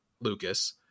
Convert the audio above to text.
Lucas